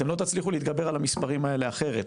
אתם לא תצליחו להתגבר על המספרים האלה אחרת,